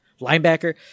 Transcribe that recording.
Linebacker